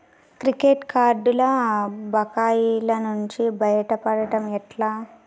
Credit కార్డుల బకాయిల నుండి బయటపడటం ఎట్లా?